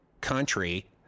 country